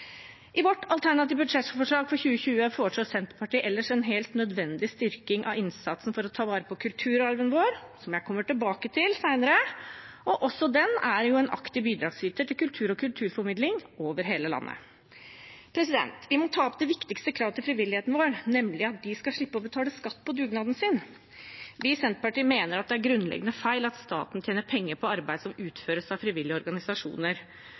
I vårt alternative budsjettforslag for 2020 foreslår vi ellers en helt nødvendig styrking av innsatsen for å ta vare på kulturarven vår, noe jeg kommer tilbake til senere, og også den er en aktiv bidragsyter til kultur og kulturformidling over hele landet. Vi må ta opp det viktigste kravet fra frivilligheten vår, nemlig at de skal slippe å betale skatt på dugnaden sin. Vi i Senterpartiet mener det er grunnleggende feil at staten tjener penger på arbeid som utføres av frivillige organisasjoner,